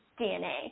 DNA